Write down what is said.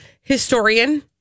historian